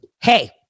Hey